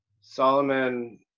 solomon